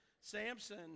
Samson